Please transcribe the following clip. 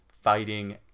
fighting